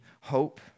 hope